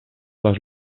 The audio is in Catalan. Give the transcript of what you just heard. les